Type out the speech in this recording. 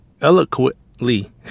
eloquently